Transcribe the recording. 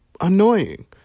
annoying